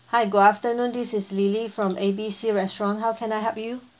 hi good afternoon this is lily from A B C restaurant how can I help you